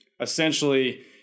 essentially